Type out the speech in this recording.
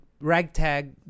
ragtag